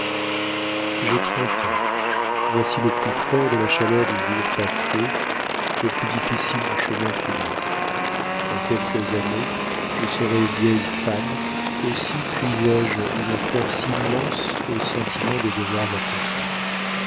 j'ai trente ans voici le plus fort de la chaleur du jour passé le plus difficile du chemin fini dans quelques années je serai vieille femme aussi puisé je une force immense au sentiment des devoirs accomplis